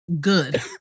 good